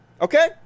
okay